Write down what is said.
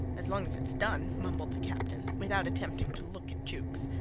as long as its done, mumbled the captain, without attempting to look at jukes.